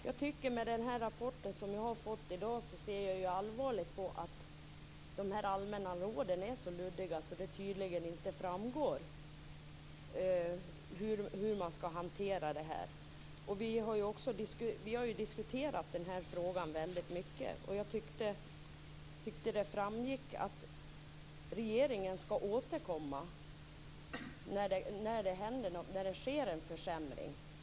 Fru talman! Efter den rapport jag har fått i dag ser jag allvarligt på att de allmänna råden tydligen är så luddiga att det inte framgår hur man skall hantera detta. Vi har diskuterat den här frågan väldigt mycket, och jag tycker att det har framgått att regeringen skall återkomma när det sker en försämring.